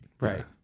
right